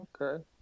Okay